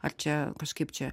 ar čia kažkaip čia